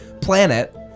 planet